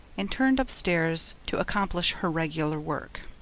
and turned upstairs to accomplish her regular work.